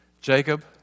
Jacob